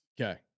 Okay